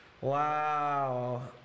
Wow